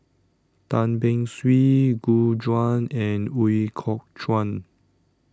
Tan Beng Swee Gu Juan and Ooi Kok Chuen